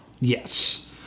Yes